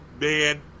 man